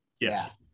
Yes